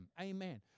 Amen